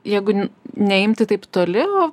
jeigu neimti taip toli nu